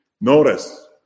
Notice